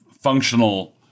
functional